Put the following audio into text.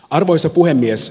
arvoisa puhemies